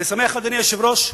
ואני שמח, אדוני היושב-ראש,